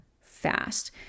fast